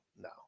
no